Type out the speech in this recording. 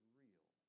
real